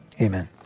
amen